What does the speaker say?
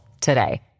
today